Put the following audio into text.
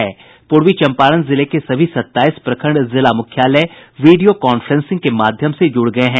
पूर्वी चंपारण जिले के सभी सताईस प्रखंड जिला मुख्यालय से वीडियो कॉन्फ्रेंसिंग के माध्यम से जुड़ गये हैं